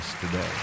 today